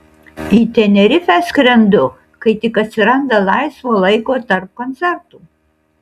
į tenerifę skrendu kai tik atsiranda laisvo laiko tarp koncertų